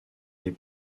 des